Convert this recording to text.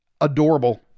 adorable